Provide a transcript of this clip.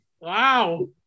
Wow